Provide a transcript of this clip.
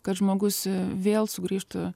kad žmogus vėl sugrįžtų